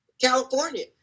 California